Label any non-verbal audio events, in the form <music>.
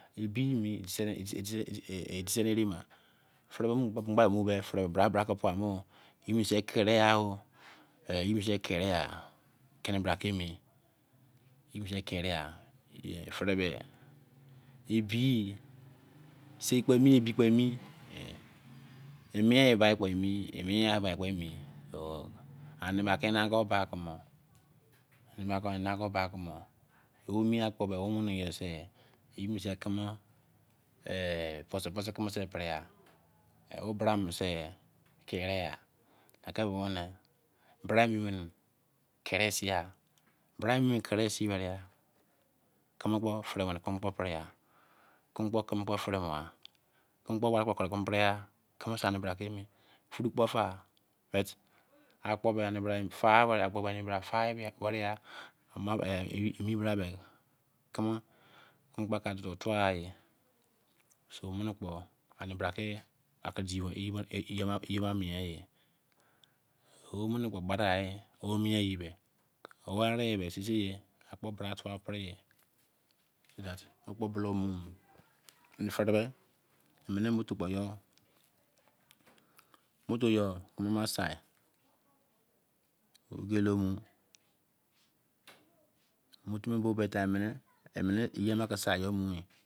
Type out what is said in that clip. <hesitation> ya bime edisade erema feri me im gbe feri bra bra ka pa mor. ye be isei kere ya wo. kene bra kemi yebose kerewa, feri ba. ye- ebi sei kpo mi ebi kpo ermi. mien gbo kpo emi iniengha kpo erm. ena- keena ango bakum. ono- mie akpo yemiesei posi posi kemosi pereya. o ni bra keren- bra mi keresi ya keme kpo fere wene kemekpa parewa. keme kpo kemo- kpo ferema ria, keme kpo ware ke tari keme kpo parya. ye bo sei emi bra kemi. furu kpo fai akpo mien fa ware, keme car so twa e. emene fepo ye ke di yo bo mien eh. ari. seisei bra ka fina opiri ye mo fo, yoi. sa yo mo